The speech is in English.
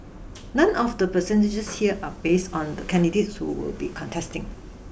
none of the percentages here are based on the candidates who will be contesting